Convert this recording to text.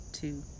two